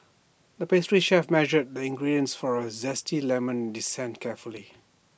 the pastry chef measured the ingredients for A Zesty Lemon Dessert carefully